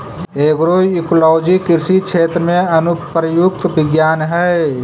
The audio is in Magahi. एग्रोइकोलॉजी कृषि क्षेत्र में अनुप्रयुक्त विज्ञान हइ